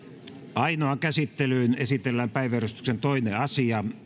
ainoaan käsittelyyn esitellään päiväjärjestyksen toinen asia